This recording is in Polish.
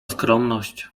skromność